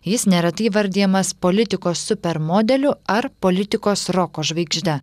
jis neretai įvardijamas politikos super modeliu ar politikos roko žvaigždę